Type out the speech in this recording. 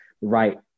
right